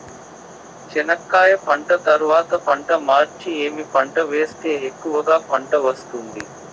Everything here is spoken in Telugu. చెనక్కాయ పంట తర్వాత పంట మార్చి ఏమి పంట వేస్తే ఎక్కువగా పంట వస్తుంది?